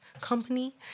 company